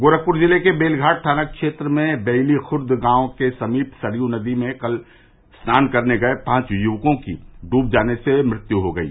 गोरखपुर जिले के बेलघाट थाना क्षेत्र में बेइली खुर्द गांव के समीप सरयू नदी में कल स्नान करने गये पांच युवकों की डूब जाने से मृत्यु हो गयी